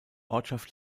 ortschaft